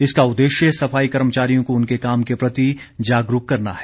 इसका उद्देश्य सफाई कर्मचारियों को उनके काम के प्रति जागरूक करना है